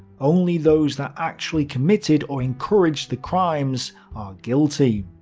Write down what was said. only those that actually committed or encouraged the crimes are guilty.